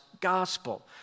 gospel